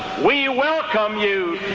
we welcome you,